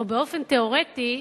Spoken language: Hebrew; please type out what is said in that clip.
או באופן תיאורטי,